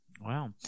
Wow